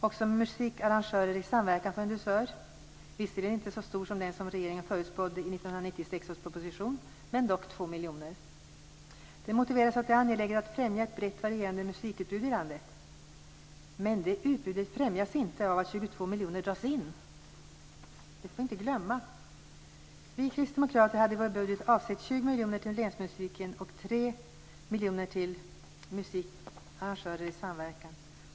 Också Musikarrangörer i samverkan får 2 miljoner kronor, vilket inte är lika mycket som regering förutspådde i 1996 års proposition. Det motiveras att det är angeläget att främja ett brett och varierande musikutbud i landet. Men det utbudet främjas inte av att 22 miljoner kronor dras in. Det får vi inte glömma. Vi kristdemokrater hade i vår budget avsatt 20 miljoner kronor till länsmusiken och 3 miljoner kronor till Musikarrangörer i samverkan.